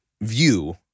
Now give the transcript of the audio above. view